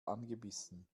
angebissen